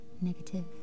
negative